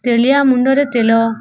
ତେଳିଆ ମୁଣ୍ଡରେ ତେଲ